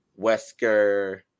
Wesker